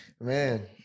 Man